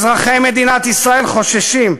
אזרחי מדינת ישראל חוששים.